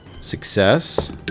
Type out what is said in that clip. success